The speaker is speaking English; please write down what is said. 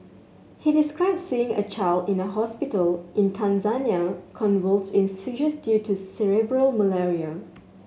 he described seeing a child in a hospital in Tanzania convulsed in seizures due to cerebral malaria